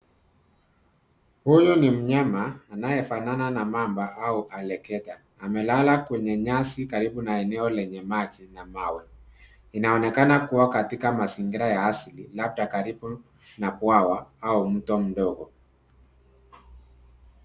Huyu ni mnyama anayefanana na mamba au alligator . Amelala kwenye nyasi karibu na eneo lenye maji na mawe. Inaonekana kuwa katika mazingira ya asili, labda karibu na bwawa au mto mdogo.